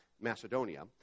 Macedonia